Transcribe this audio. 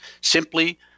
simply